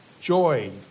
joy